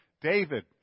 David